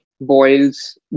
Boils